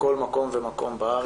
בכל מקום בארץ,